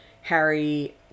Harry